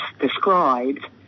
described